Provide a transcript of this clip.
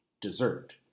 dessert